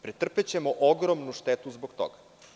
Pretrpećemo ogromnu štetu zbog toga.